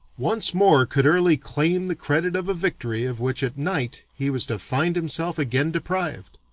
once more could early claim the credit of a victory of which at night he was to find himself again deprived.